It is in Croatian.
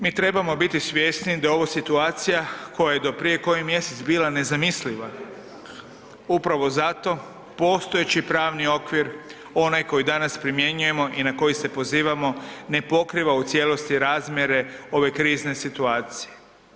Mi trebamo biti svjesni da je ovo situacija koja je do prije koji mjesec bila nezamisliva, upravo zato postojeći pravni okvir, onaj koji danas primjenjujemo i na koji se pozivamo ne pokriva u cijelosti razmjere ove krizne situacije.